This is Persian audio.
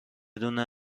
دونه